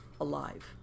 alive